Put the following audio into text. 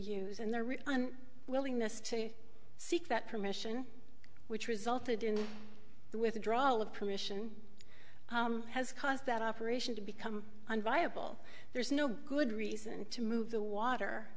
use and their willingness to seek that permission which resulted in the withdrawal of permission has caused that operation to become viable there's no good reason to move the water